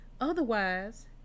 otherwise